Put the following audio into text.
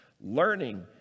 learning